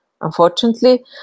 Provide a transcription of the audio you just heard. Unfortunately